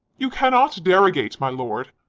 you cannot derogate, my lord.